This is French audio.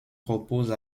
propose